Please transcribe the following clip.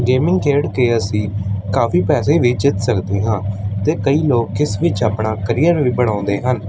gaming ਖੇਡ ਕੇ ਅਸੀਂ ਕਾਫੀ ਪੈਸੇ ਵੀ ਜਿੱਤ ਸਕਦੇ ਹਾਂ ਅਤੇ ਕਈ ਲੋਕ ਇਸ ਵਿੱਚ ਆਪਣਾ ਕਰੀਅਰ ਵੀ ਬਣਾਉਂਦੇ ਹਨ